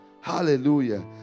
Hallelujah